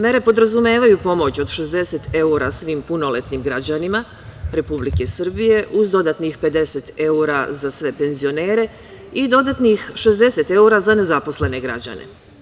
Mere podrazumevaju pomoć od 60 evra svim punoletnim građanima Republike Srbije uz dodatnih 50 evra za sve penzionere i dodatnih 60 evra za nezaposlene građane.